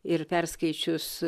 ir perskaičius